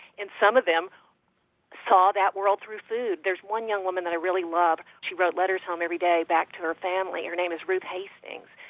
and some of them saw that world through food there's one young woman who i really love. she wrote letters home every day back to her family. her name is ruth hastings.